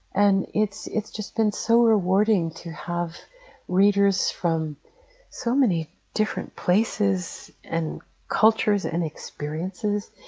and it's it's just been so rewarding to have readers from so many different places, and cultures, and experiences